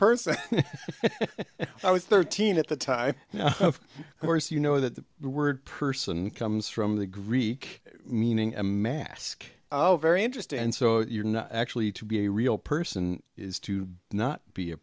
person i was thirteen at the time and of course you know that the word person comes from the greek meaning a mask oh very interesting and so you're not actually to be a real person is to not be a